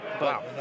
Wow